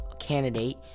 candidate